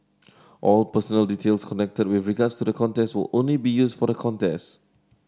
all personal details collected with regards to the contest or only be used for the contest